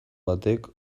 batek